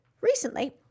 Recently